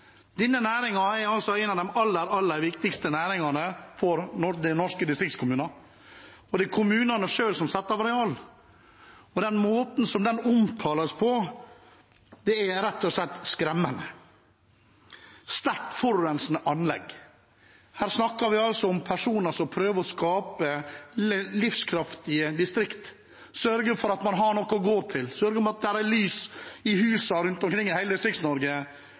Denne næringen er en av de aller, aller viktigste næringene for norske distriktskommuner, og det er kommunene selv som setter av areal. Den måten det omtales på, er rett og slett skremmende – «sterkt forurensende» anlegg. Her snakker vi altså om personer som prøver å skape livskraftige distrikter, sørge for at man har noe å gå til, sørge for at det er lys i husene rundt omkring i hele